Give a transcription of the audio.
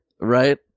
right